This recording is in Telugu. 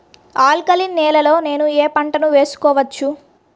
ఆల్కలీన్ నేలలో నేనూ ఏ పంటను వేసుకోవచ్చు?